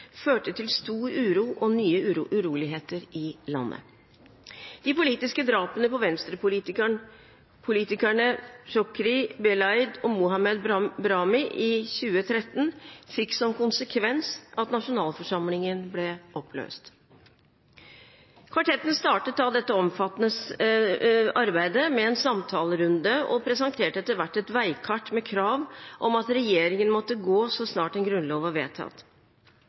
førte til stor uro og nye uroligheter i landet. De politiske drapene på venstrepolitikerne Chokri Belaid og Mohamed Brahmi i 2013 fikk som konsekvens at nasjonalforsamlingen ble oppløst. Kvartetten startet da dette omfattende arbeidet med en samtalerunde, og presenterte etter hvert et veikart med krav om at regjeringen måtte gå så snart en grunnlov var vedtatt,